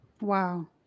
Wow